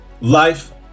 Life